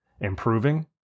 improving